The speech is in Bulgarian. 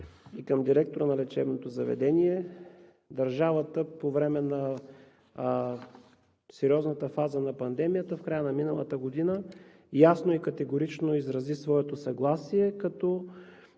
и към директора на лечебното заведение. Държавата по време на сериозната фаза на пандемията в края на миналата година ясно и категорично изрази своето съгласие, като